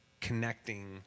connecting